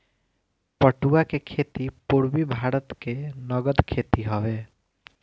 पटुआ के खेती पूरबी भारत के नगद खेती हवे